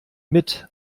mit